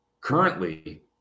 Currently